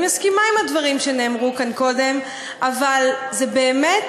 אני מסכימה לדברים שנאמרו כאן קודם, אבל זה באמת,